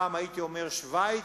פעם הייתי אומר שווייץ,